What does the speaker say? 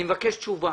אני מבקש תשובה.